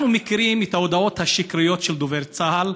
אנחנו מכירים את ההודעות השקריות של דובר צה"ל,